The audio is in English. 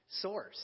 source